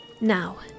Now